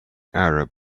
arab